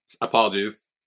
apologies